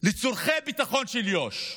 לצורכי הביטחון של יו"ש.